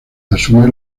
asume